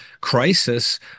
crisis